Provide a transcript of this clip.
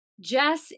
Jess